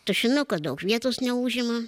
tušinukas daug vietos neužima